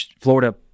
Florida